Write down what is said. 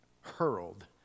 hurled